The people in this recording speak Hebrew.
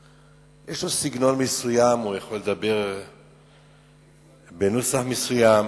יש לו סגנון מסוים, הוא יכול לדבר בנוסח מסוים.